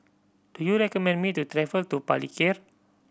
do you recommend me to travel to Palikir